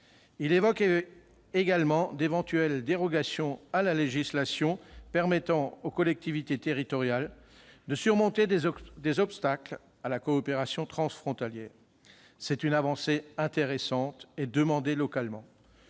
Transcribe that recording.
évoquées d'éventuelles dérogations à la législation permettant aux collectivités territoriales de surmonter des obstacles à la coopération transfrontalière. Il y a là une avancée intéressante, qui est demandée localement.